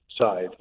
side